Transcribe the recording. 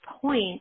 point